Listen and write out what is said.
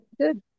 good